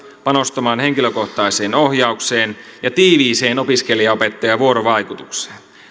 panostamaan henkilökohtaiseen ohjaukseen ja tiiviiseen opiskelija opettaja vuorovaikutukseen